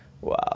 wow